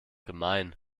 gemein